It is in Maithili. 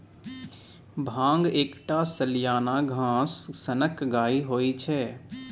भांग एकटा सलियाना घास सनक गाछ होइ छै